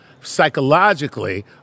psychologically